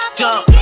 jump